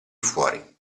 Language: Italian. fuori